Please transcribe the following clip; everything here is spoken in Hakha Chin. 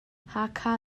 hakha